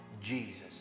jesus